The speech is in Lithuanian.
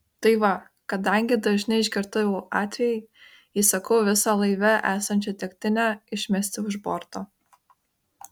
tai va kadangi dažni išgertuvių atvejai įsakau visą laivę esančią degtinę išmesti už borto